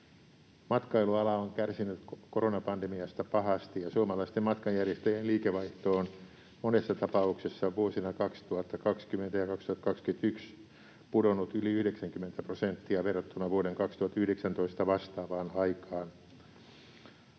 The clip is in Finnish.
Matkailuala on kärsinyt koronapandemiasta pahasti, ja suomalaisten matkanjärjestäjien liikevaihto on monessa tapauksessa vuosina 2020 ja 2021 pudonnut yli 90 prosenttia verrattuna vuoden 2019 vastaavaan aikaan.